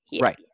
Right